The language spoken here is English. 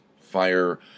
fire